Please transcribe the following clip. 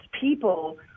people